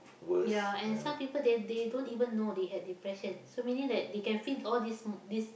ya and some people they they don't even know that they had depression so meaning that they can feel all these these